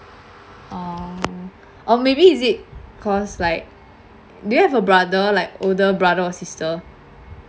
oh or maybe is it cause like do you have a brother like older brother or sister